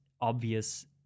obvious